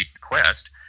quest